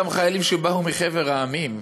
גם חיילים שבאו מחבר המדינות